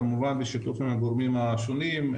כמובן בשיתוף עם הגורמים השונים,